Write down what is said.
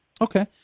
Okay